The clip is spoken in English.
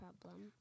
problem